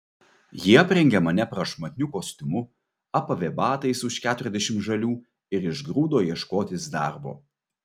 ji aprengė mane prašmatniu kostiumu apavė batais už keturiasdešimt žalių ir išgrūdo ieškotis darbo